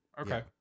okay